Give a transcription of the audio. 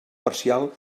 parcial